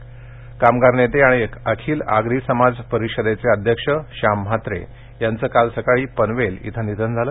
निधन कामगार नेते आणि अखिल आगरी समाज परिषदेचे अध्यक्ष श्याम म्हात्रे यांचं काल सकाळी पनवेल इथं निधन झालं